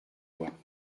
doigts